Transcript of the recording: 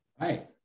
right